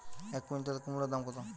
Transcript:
এক কুইন্টাল কুমোড় দাম কত?